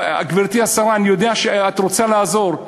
גברתי השרה, אני יודע שאת רוצה לעזור.